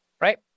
right